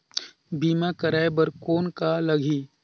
बीमा कराय बर कौन का लगही?